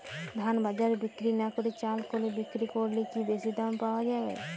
ধান বাজারে বিক্রি না করে চাল কলে বিক্রি করলে কি বেশী দাম পাওয়া যাবে?